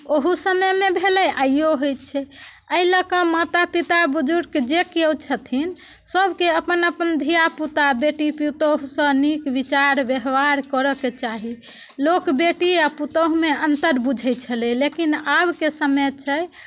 ओहू समयमे भेलै आइयो होइत छै एहि लऽ कऽ माता पिता बुजुर्ग जे केओ छथिन सभके अपन अपन धियापुता बेटी पुतोहुसँ नीक विचार व्यवहार करयके चाही लोक बेटी आ पुतोहुमे अन्तर बुझैत छलै लेकिन आबके समय छै